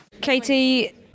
Katie